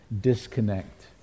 disconnect